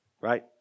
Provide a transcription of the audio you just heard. right